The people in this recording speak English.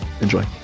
Enjoy